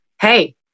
hey